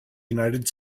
united